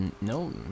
No